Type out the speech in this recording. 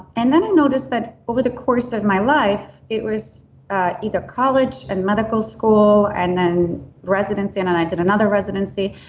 and then, i noticed that over the course of my life, it was either college and medical school and then residency and and i did another residency,